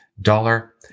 dollar